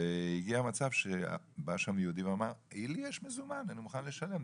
והיא הגיעה למצב שבה שם יהודי ואמר לי יש מזומן אני מוכן לשלם.